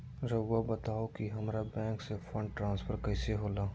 राउआ बताओ कि हामारा बैंक से फंड ट्रांसफर कैसे होला?